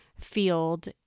field